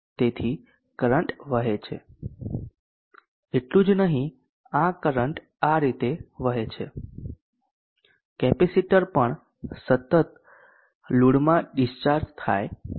તેથી કરંટ વહે છે એટલું જ નહીં આ કરંટ આ રીતે વહે છે કેપેસિટર પણ લોડમાં સતત ડીસ્ચાર્જ થાય છે